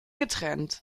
getrennt